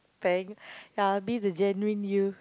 thank ya be the genuine you